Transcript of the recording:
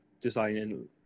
designing